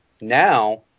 now